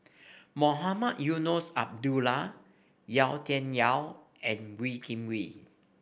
Mohamed Eunos Abdullah Yau Tian Yau and Wee Kim Wee